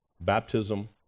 baptism